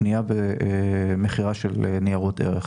קנייה ומכירה של ניירות ערך.